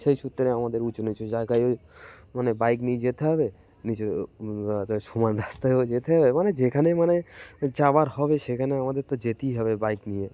সেই সূত্রে আমাদের উঁচু নিচু জায়গায়ও মানে বাইক নিয়ে যেতে হবে নিচু সমান রাস্তায়ও যেতে হবে মানে যেখানে মানে যাওয়ার হবে সেখানে আমাদের তো যেতেই হবে বাইক নিয়ে